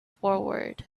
forward